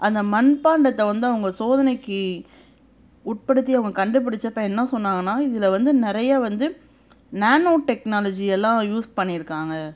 அந்த மண்பாண்டத்தை வந்து அவங்க சோதனைக்கு உட்படுத்தி அவங்க கண்டுபிடிச்சப்ப என்ன சொன்னாங்கன்னால் இதில் வந்து நிறைய வந்து நானோ டெக்னாலஜி எல்லாம் யூஸ் பண்ணியிருக்காங்க